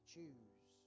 Choose